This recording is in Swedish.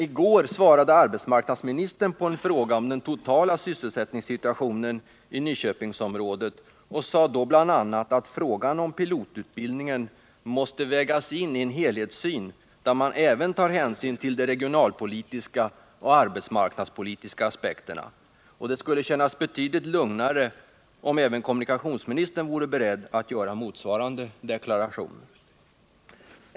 I går svarade arbetsmarknadsministern på en fråga om den totala sysselsättningssituationen i Nyköpingsområdet och sade då bl.a. att frågan om pilotutbildningen måste vägas in i en helhetssyn, där man även tar hänsyn till de regionalpolitiska och arbetsmarknadspolitiska aspekterna. Det skulle kännas betydligt lugnare om även kommunikationsministern vore beredd att göra motsvarande deklaration.